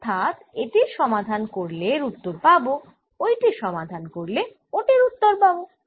অর্থাৎ এটির সমাধান করলে এর উত্তর পাবো ওইটির সমাধান করলে ওটির উত্তর পাবো